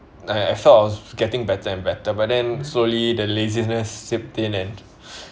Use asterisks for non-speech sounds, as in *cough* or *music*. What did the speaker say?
I I felt I was getting better and better but then slowly the laziness seep in and *breath*